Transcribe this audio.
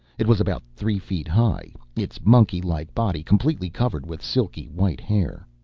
it was about three feet high, its monkey-like body completely covered with silky white hair.